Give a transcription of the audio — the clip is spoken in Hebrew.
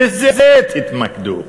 בזה תתמקדו.